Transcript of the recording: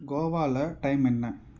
கோவாவில் டைம் என்ன